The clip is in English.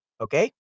Okay